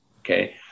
okay